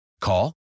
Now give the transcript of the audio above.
Call